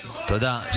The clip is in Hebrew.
תודה.